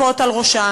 מכות על ראשן,